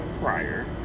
prior